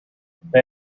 they